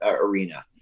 arena